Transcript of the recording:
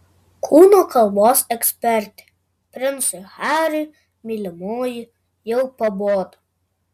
kūno kalbos ekspertė princui hariui mylimoji jau pabodo